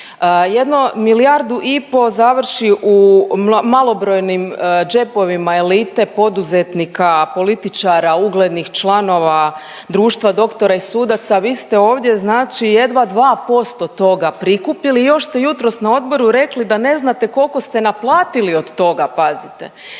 Jedno milijardu i po' završi u malobrojnim džepovima elite, poduzetnika, političara, uglednih članova društva doktora i sudaca, vi ste ovdje znači jedna 2% toga prikupili i još ste jutros na odboru rekli da ne znate koliko ste naplatili od toga, pazite.